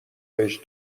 بهش